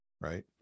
Right